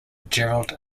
gerald